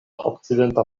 okcidenta